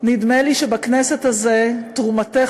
נדמה לי שבכנסת הזו תרומתך,